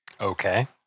okay